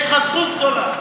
יש לך זכות גדולה.